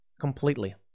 completely